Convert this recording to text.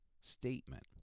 statement